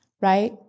right